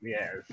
Yes